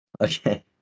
Okay